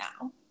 now